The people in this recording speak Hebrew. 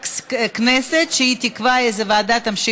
ועדת הכנסת נתקבלה.